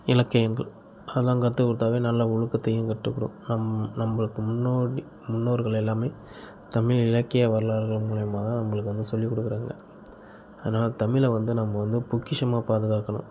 இலக்கியங்கள் அதெலாம் கத்துக்கொடுத்தாவே நல்ல ஒழுக்கத்தையும் கற்றுக்கிறோம் நம் நம்மளுக்கு முன்னோடி முன்னோர்கள் எல்லாமே தமிழ் இலக்கிய வரலாறுகள் மூலயமா தான் நம்மளுக்கு வந்து சொல்லிக்கொடுக்குறாங்க ஆனால் தமிழை வந்து நம்ம வந்து பொக்கிஷமாக பாதுகாக்கணும்